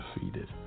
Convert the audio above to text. defeated